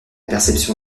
perception